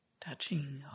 touching